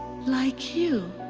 like you,